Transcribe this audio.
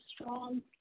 strong